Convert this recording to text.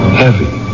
heavy